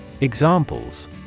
Examples